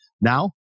Now